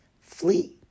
flee